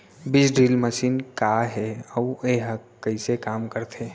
बीज drill machine का हे अऊ एहा कइसे काम करथे?